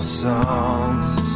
songs